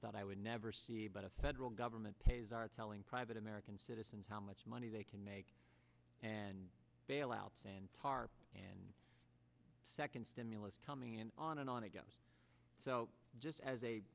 thought i would never see but a federal government pays are telling private american citizens how much money they can make and bailouts and tarp and second stimulus coming in on and on again so just as